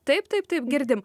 taip taip taip girdim